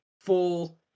full